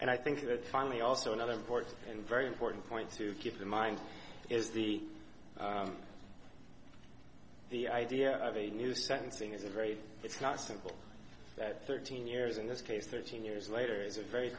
and i think that finally also another important and very important point to keep in mind is the the idea of a new sentencing is a very it's not simple that thirteen years in this case thirteen years later is a very